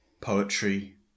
poetry